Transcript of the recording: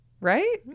right